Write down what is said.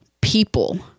people